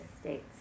states